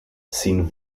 sin